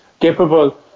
capable